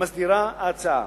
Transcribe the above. מסדירה ההצעה.